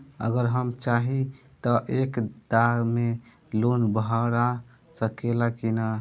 अगर हम चाहि त एक दा मे लोन भरा सकले की ना?